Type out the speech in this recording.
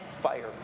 fire